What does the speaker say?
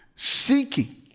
seeking